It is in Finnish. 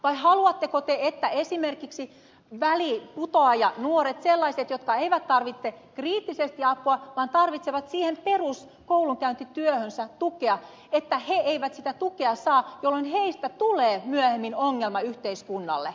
vai haluatteko te että esimerkiksi väliinputoajanuoret sellaiset jotka eivät tarvitse kriittisesti apua vaan tarvitsevat siihen peruskoulunkäyntityöhönsä tukea eivät sitä tukea saa jolloin heistä tulee myöhemmin ongelma yhteiskunnalle